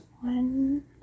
one